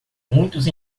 muitos